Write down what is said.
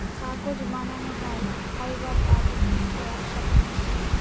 কাগজ বানানো হয় ফাইবার আর উদ্ভিদকে এক সাথে মিশিয়ে